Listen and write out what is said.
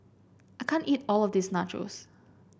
I can't eat all of this Nachos